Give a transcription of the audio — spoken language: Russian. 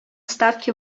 ставки